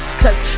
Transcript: cause